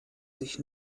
sich